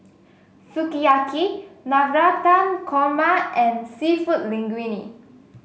Sukiyaki Navratan Korma and seafood Linguine